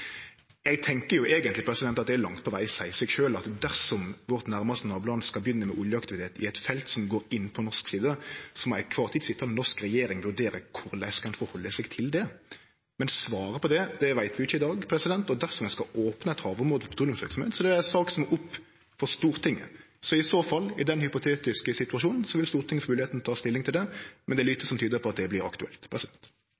Eg tenkjer eigentleg at det langt på veg seier seg sjølv at dersom vårt nærmaste naboland skal begynne med oljeaktivitet i eit felt som går inn på norsk side, må den til ei kvar tid sitjande norske regjeringa vurdere korleis ein skal sjå på det. Svaret på det veit vi ikkje i dag, og dersom ein skal opne eit havområde for petroleumsverksemd, er det ei sak som må opp i Stortinget. Så i så fall, i den hypotetiske situasjonen, vil Stortinget få moglegheit til å ta stilling til det. Men det er